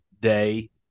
day